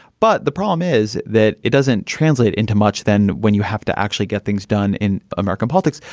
but the problem is that it doesn't translate into much then when you have to actually get things done in american politics.